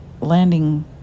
landing